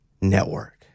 network